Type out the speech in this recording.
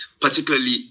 particularly